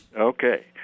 Okay